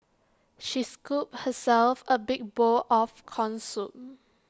she scooped herself A big bowl of Corn Soup